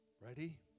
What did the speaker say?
Ready